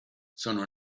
sono